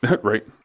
Right